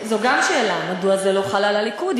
זו גם שאלה, מדוע זה לא חל על הליכוד.